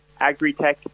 Agritech